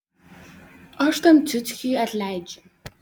aš tam ciuckiui atleidžiu